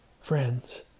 Friends